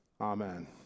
Amen